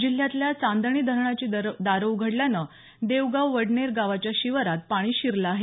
जिल्ह्यातल्या चांदणी धरणाची दारं उघडल्यानं देवगाव वडनेर गावाच्या शिवारात पाणी शिरलं आहे